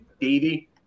Davey